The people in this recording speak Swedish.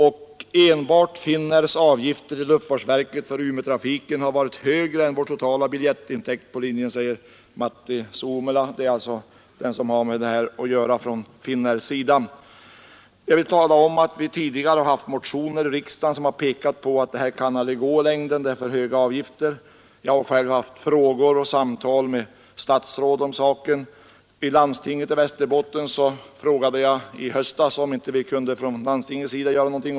Finnairs avgifter enbart till luftfartsverket för Umeåtrafiken har varit högre än vår totala biljettintäkt på linjen, säger Martti Suomela, som hos Finnair sköter denna del av trafiken. Vi har tidigare haft motioner i riksdagen i vilka påpekats att avgifterna är för höga. Jag har själv riktat frågor till och haft samtal med statsråd om saken. Vid landstinget i Västerbotten frågade jag i höstas om inte landstinget kunde göra någonting.